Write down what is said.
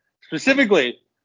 specifically